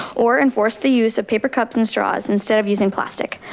or enforce the use of paper cups and straws instead of using plastic.